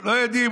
לא יודעים,